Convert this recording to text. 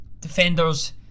Defenders